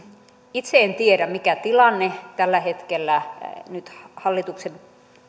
itse en tiedä mikä tilanne tällä hetkellä nyt hallituksen